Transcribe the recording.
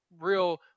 real